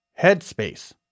Headspace